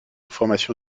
formation